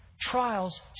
Trials